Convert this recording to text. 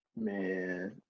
Man